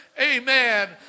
Amen